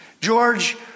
George